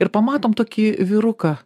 ir pamatom tokį vyruką